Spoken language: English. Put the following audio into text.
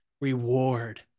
reward